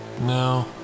No